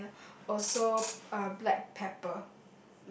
and also uh black pepper